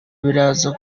biraza